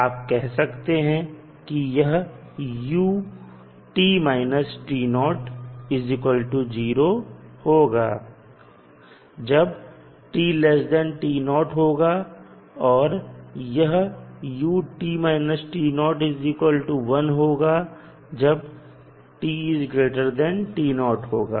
आप कह सकते हैं कि यह होगा जब होगा और यह होगा जब होगा